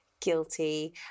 guilty